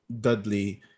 Dudley